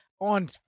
on